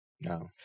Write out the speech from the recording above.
No